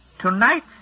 Tonight